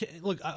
Look